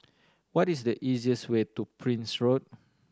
what is the easiest way to Prince Road